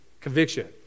conviction